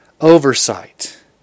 oversight